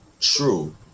true